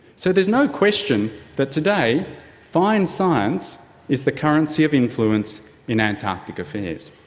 so there's no question that today fine science is the currency of influence in antarctic affairs.